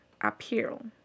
appeal